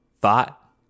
thought